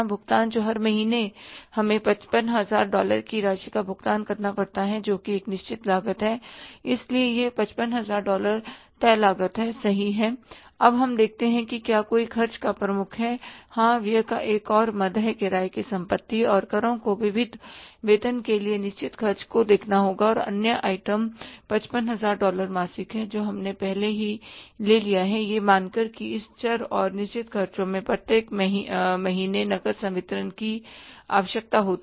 भुगतान जो हर महीने हमें 55000 डॉलर की राशि का भुगतान करना पड़ता है जो कि एक निश्चित लागत है इसलिए यह 55000 डॉलर तय लागत हैसही है अब हमें देखते हैं कि क्या कोई खर्च का प्रमुख है हाँ व्यय का एक और मद है किराए की संपत्ति और करों और विविध वेतन के लिए निश्चित खर्च को देखना होगा और अन्य आइटम 55000 डॉलर मासिक हैं जो हमने पहले ही ले लिया है यह मानकर कि इस चर और निश्चितखर्चों में प्रत्येक महीने नकद संवितरण की आवश्यकता होती है